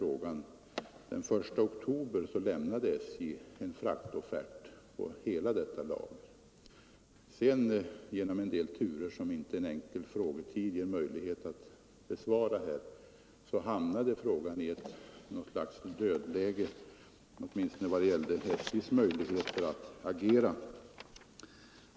Men den 1 oktober lämnade SJ en fraktoffert på hela lagret. Genom en del turer, som det inte är möjligt att redogöra för inom ramen för svaret på en enkel fråga, hamnade man i ett slags dödläge, åtminstone när det gällde SJ:s möjligheter att agera.